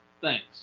Thanks